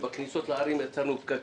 אבל בכניסות לערים יצרנו פקקים.